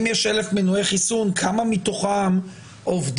אם יש 1,000 מנועי חיסון, כמה מתוכם עובדים